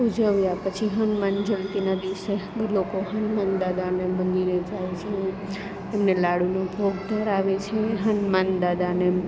ઉજવ્યા પછી હનુમાન જયંતીના દિવસે બધા લોકો હનુમાન દાદાને મંદિરે જાય છે એમને લાડુનો ભોગ ધરાવે છે હનુમાન દાદાને